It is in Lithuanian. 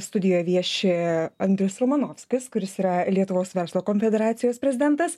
studijoje vieši andrius romanovskis kuris yra lietuvos verslo konfederacijos prezidentas